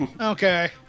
Okay